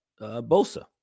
Bosa